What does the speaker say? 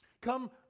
Come